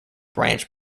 branch